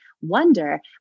wonder